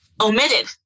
omitted